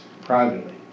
privately